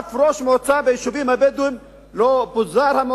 אף מועצה ביישובים הבדואים לא פוזרה,